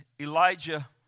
Elijah